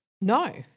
no